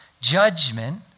judgment